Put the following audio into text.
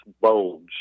bulge